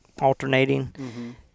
alternating